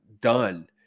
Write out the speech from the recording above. done